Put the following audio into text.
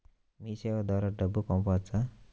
మీసేవ ద్వారా డబ్బు పంపవచ్చా?